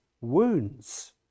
wounds